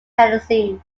tennessee